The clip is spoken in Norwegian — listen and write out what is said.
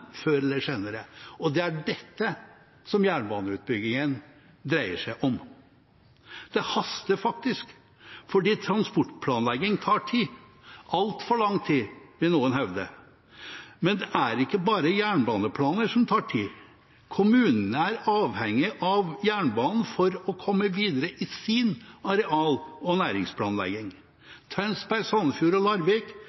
Det er dette som jernbaneutbyggingen dreier seg om. Det haster, faktisk, fordi transportplanlegging tar tid – altfor lang tid, vil noen hevde. Men det er ikke bare jernbaneplaner som tar tid. Kommunene er avhengig av jernbanen for å komme videre i sin areal- og